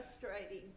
frustrating